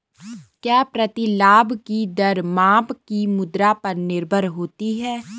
क्या प्रतिलाभ की दर माप की मुद्रा पर निर्भर होती है?